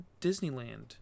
Disneyland